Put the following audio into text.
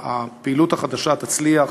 הפעילות החדשה תצליח,